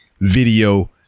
video